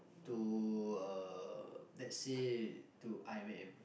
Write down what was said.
to uh let's say to i_m_m